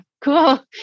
Cool